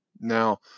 Now